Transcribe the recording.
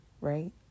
right